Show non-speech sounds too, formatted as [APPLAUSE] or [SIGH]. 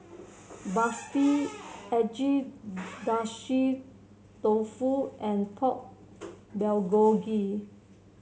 [NOISE] Barfi Agedashi Dofu and Pork Bulgogi